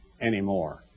anymore